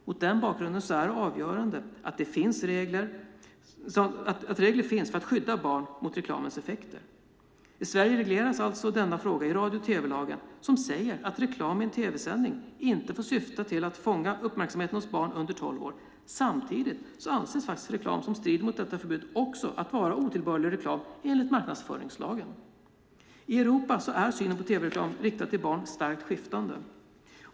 Mot den bakgrunden är det avgörande att regler finns för att skydda barn mot tv-reklamens effekter. I Sverige regleras alltså denna fråga i radio och tv-lagen, som säger att reklam i en tv-sändning inte får syfta till att fånga uppmärksamheten hos barn under tolv år. Samtidigt anses reklam som strider mot detta förbud också enligt marknadsföringslagen vara otillbörlig reklam. I Europa är synen på tv-reklam riktad till barn starkt skiftande.